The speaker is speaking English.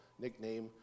nickname